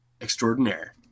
extraordinaire